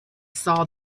saw